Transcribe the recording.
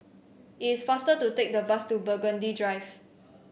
it is faster to take the bus to Burgundy Drive